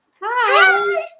Hi